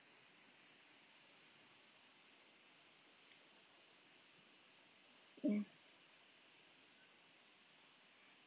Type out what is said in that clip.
um